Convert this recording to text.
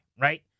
Right